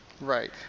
Right